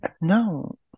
no